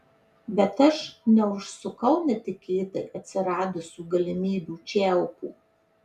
bet aš neužsukau netikėtai atsiradusių galimybių čiaupo